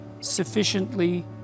sufficiently